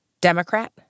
Democrat